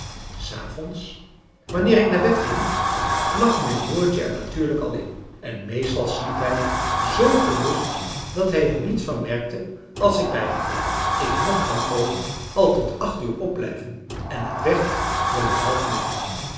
s avonds wanneer ik naar bed ging lag mijn broertje er natuurlijk al in en meestal sliep hij zoo gerust dat hij er niets van merkte als ik bij hem kwam ik mocht dan ook al tot acht uur opblijven en het werd wel eens